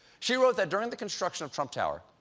she wrote that during the construction of trump tower,